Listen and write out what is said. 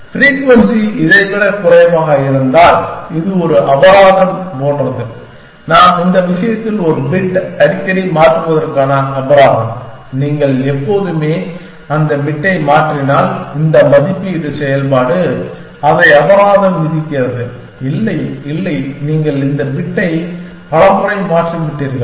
frequency இதை விட குறைவாக இருந்தால் இது ஒரு அபராதம் போன்றது நம் விஷயத்தில் இது ஒரு பிட் அடிக்கடி மாற்றுவதற்கான அபராதம் நீங்கள் எப்போதுமே அந்த பிட்டை மாற்றினால் இந்த மதிப்பீட்டு செயல்பாடு அதை அபராதம் விதிக்கிறது இல்லை இல்லை நீங்கள் இந்த பிட்டை பல முறை மாற்றிவிட்டீர்கள்